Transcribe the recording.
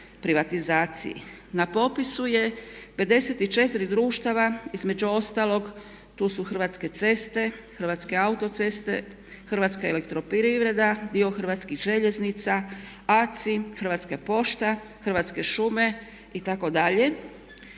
Na popisu je 54 društava između ostalog tu su Hrvatske ceste, Hrvatske autoceste, Hrvatska elektroprivreda, dio hrvatskih željeznica, ACI, Hrvatska pošta, Hrvatske šume itd.